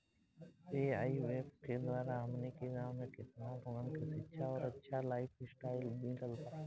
AIF के द्वारा हमनी के गांव में केतना लोगन के शिक्षा और अच्छा लाइफस्टाइल मिलल बा